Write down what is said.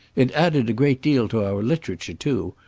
it added a great deal to our literature, too,